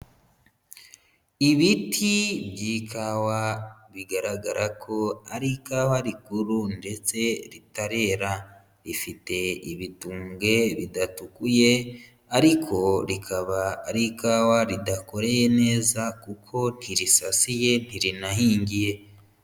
Ibiti by'ikawa bigaragara ko ari ikawa rikuru ndetse ritarera, rifite ibitumbwe bidatukuye ariko rikaba ari ikawa ridakoreye neza kuko ntirisasiye ntirinahingiye.